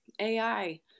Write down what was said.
AI